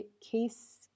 case